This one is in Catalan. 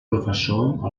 professor